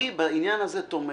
אני בעניין הזה תומך.